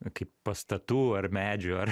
kaip pastatų ar medžių ar